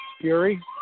Fury